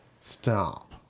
Stop